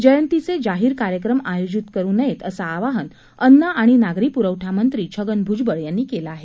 जयंतीचे जाहीर कार्यक्रम आयोजित करु नयेत असं आवाहन अन्न आणि नागरी पुरवठा मंत्री छगन भुजबळ यांनी केलं आहे